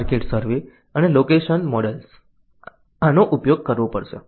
market survey અને location models આનો ઉપયોગ કરવો પડશે